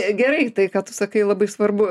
gerai tai ką tu sakai labai svarbu